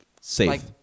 safe